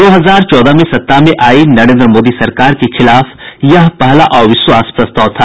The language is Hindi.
दो हजार चौदह में सत्ता में आई नरेंद्र मोदी सरकार के खिलाफ यह पहला अविश्वास प्रस्ताव था